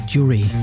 Jury